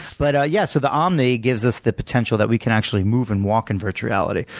but yeah. so the omni gives us the potential that we can actually move and walk in virtual reality.